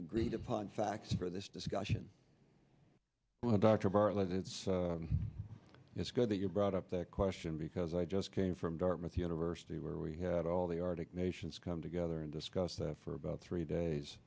agreed upon facts for this discussion when dr bartlett it's it's good that you brought up that question because i just came from dartmouth university where we had all the arctic nations come together and discuss that for about three days